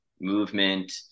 movement